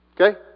Okay